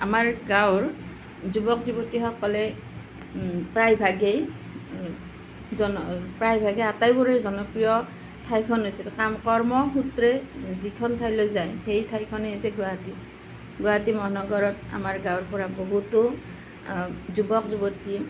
আমাৰ গাঁৱৰ যুৱক যুৱতীসকলে প্ৰায়ভাগেই জন প্ৰায়ভাগেই আটাইবোৰেই জনপ্ৰিয় ঠাইখন হৈছে কাৰণ কৰ্মসূত্ৰে যিখন ঠাইলৈ যায় সেই ঠাইখনেই হৈছে গুৱাহাটী গুৱাহাটী মহানগৰত আমাৰ গাঁৱৰপৰা বহুতো যুৱক যুৱতী